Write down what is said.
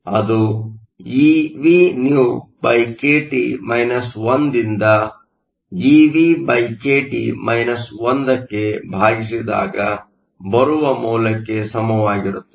ಅದು eVnewkT 1ದಿಂದ eVkT 1 ಗೆ ಭಾಗಿಸಿದಾಗ ಬರುವ ಮೌಲ್ಯಕ್ಕೆ ಸಮವಾಗಿರುತ್ತದೆ